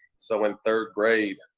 so in third grade,